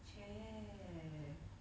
!chey!